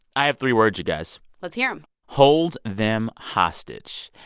i have three words, you guys let's hear them hold them hostage.